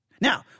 Now